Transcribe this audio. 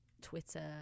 Twitter